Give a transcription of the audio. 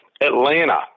Atlanta